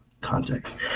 context